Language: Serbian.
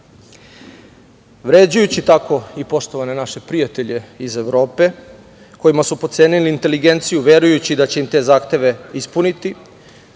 itd. Vređajući tako i poštovane naše prijatelje iz Evrope, kojima su potcenili inteligenciju verujući da će im te zahteve ispuniti.